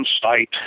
site